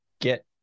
get